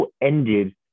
ended